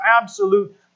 absolute